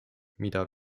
mida